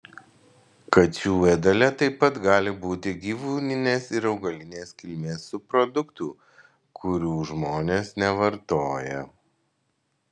kačių ėdale taip pat gali būti gyvūnines ir augalinės kilmės subproduktų kurių žmonės nevartoja